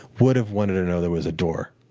would have wanted to know there was a door,